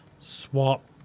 swap